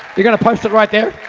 you're gonna post it right there?